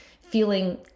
feeling